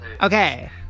Okay